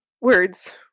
words